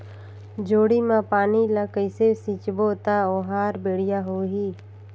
जोणी मा पानी ला कइसे सिंचबो ता ओहार बेडिया होही?